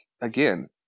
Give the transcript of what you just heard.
again